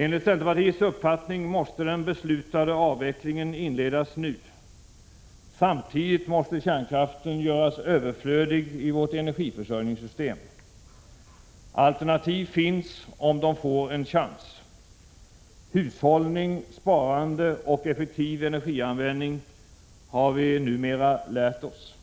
Enligt centerpartiets uppfattning måste den beslutade avvecklingen inledas nu. Samtidigt måste kärnkraften göras överflödig i vårt energiförsörjningssystem. Alternativ finns om de får en chans. Hushållning, sparande och effektiv energianvändning har vi numera lärt oss.